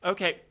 Okay